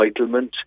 entitlement